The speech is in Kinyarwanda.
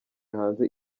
hanze